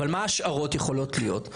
אבל מה הן ההשערות שיכולות להיות?